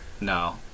No